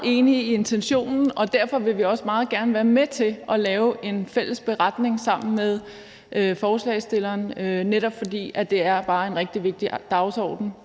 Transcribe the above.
enige i intentionen, og derfor vil vi også meget gerne være med til at lave en fælles beretning sammen med forslagsstillerne, netop fordi det er en rigtig vigtig dagsorden,